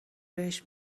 بهش